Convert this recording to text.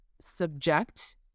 subject